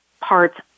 parts